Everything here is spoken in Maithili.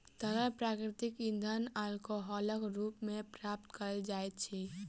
तरल प्राकृतिक इंधन अल्कोहलक रूप मे प्राप्त कयल जाइत अछि